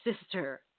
sister